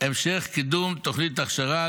המשך קידום תוכניות הכשרה,